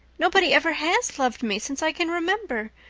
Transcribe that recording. nobody ever has loved me since i can remember.